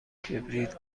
کبریت